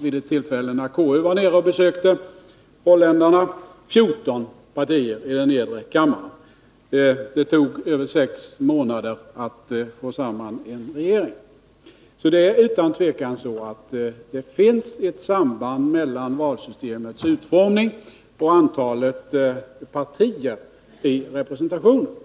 Vid ett tillfälle, när konstitutionsutskottet besökte Holland, hade man där fjorton partier i den nedre kammaren. Det tog över sex månader att få samman en regering. Det är utan tvivel så att det finns ett samband mellan valsystemets utformning och antalet partier i representationen.